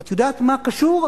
את יודעת מה קשור?